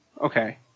okay